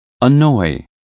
Annoy